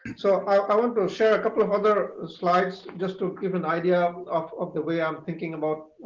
so i want to share a couple of other slides just to give an idea of of the way i'm thinking about